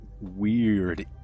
weird